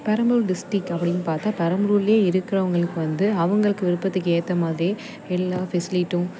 Perambalur district அப்படின்னு பார்த்தா பெரம்பலூர்ல இருக்கறவங்களுக்கு வந்து அவங்களுக்கு விருப்பத்துக்கு ஏற்ற மாதிரி எல்லா ஃபெஸ்லிட்டும்